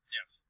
Yes